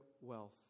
wealth